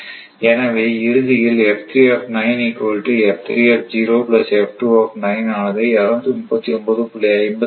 எனவே இறுதியில் ஆனது 239